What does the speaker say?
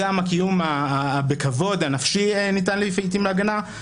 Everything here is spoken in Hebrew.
גם הקיום הנפשי בכבוד ניתן לעיתים להגנה.